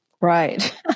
Right